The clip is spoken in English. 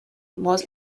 was